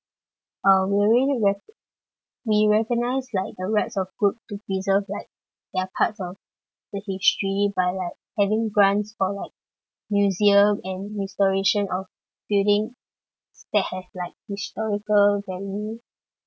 uh we already have we recognise like the rights of group to preserve like their part of the history by like having grants or like museum and restoration of buildings that have like historical value